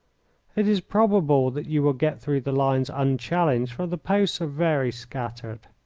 it is probable that you will get through the lines unchallenged, for the posts are very scattered.